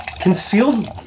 Concealed